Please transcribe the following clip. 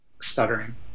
stuttering